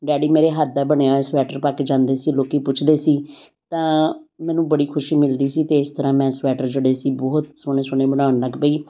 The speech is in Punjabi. ਡੈਡੀ ਮੇਰੇ ਹੱਥ ਦਾ ਬਣਿਆ ਹੋਇਆ ਸਵੈਟਰ ਪਾ ਕੇ ਜਾਂਦੇ ਸੀ ਲੋਕ ਪੁੱਛਦੇ ਸੀ ਤਾਂ ਮੈਨੂੰ ਬੜੀ ਖੁਸ਼ੀ ਮਿਲਦੀ ਸੀ ਅਤੇ ਇਸ ਤਰ੍ਹਾਂ ਮੈਂ ਸਵੈਟਰ ਜਿਹੜੇ ਸੀ ਬਹੁਤ ਸੋਹਣੇ ਸੋਹਣੇ ਬਣਾਉਣ ਲੱਗ ਪਈ